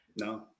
No